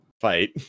Fight